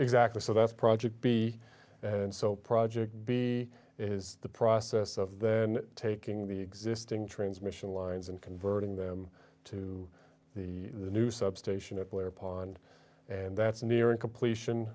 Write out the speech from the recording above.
exactly so that's project b and so project b is the process of then taking the existing transmission lines and converting them to the new substation at blair pond and that's nearing completion